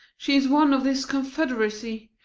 she is one of this confederacy!